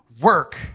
work